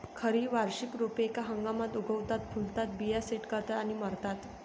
खरी वार्षिक रोपे एका हंगामात उगवतात, फुलतात, बिया सेट करतात आणि मरतात